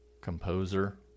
composer